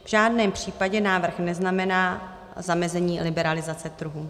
V žádném případě návrh neznamená zamezení liberalizace trhu.